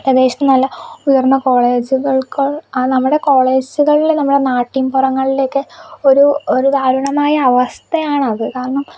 അത്യാവശ്യം നല്ല ഉയർന്ന കോളേജുകൾക്കോ നമ്മുടെ കോളേജുകളിൽ നമ്മുടെ നാട്ടിൻ പുറങ്ങളിലൊക്കെ ഒരു ഒരു ദാരുണമായ അവസ്ഥയാണത് കാരണം